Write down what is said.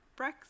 Brexit